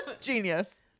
Genius